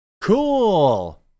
Cool